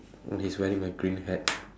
he's wearing a green hat